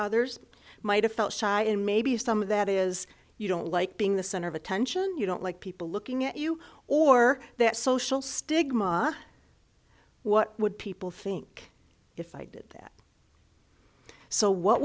others might have felt shy and maybe some of that is you don't like being the center of attention you don't like people looking at you or that social stigma what would people think if i did that so what